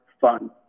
fun